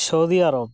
Saudi Arab